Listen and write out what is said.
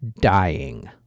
dying